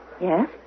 Yes